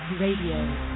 Radio